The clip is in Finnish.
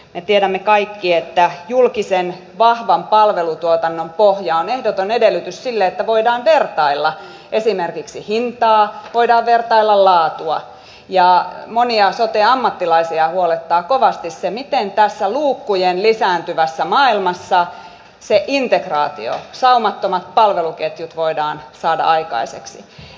me tiedämme kaikki että vahvan julkisen palvelutuotannon pohja on ehdoton edellytys sille että voidaan vertailla esimerkiksi hintaa voidaan vertailla laatua ja monia sote ammattilaisia huolettaa kovasti se miten tässä lisääntyvien luukkujen maailmassa se integraatio saumattomat palveluketjut voidaan saada aikaiseksi